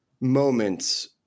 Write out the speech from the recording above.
moments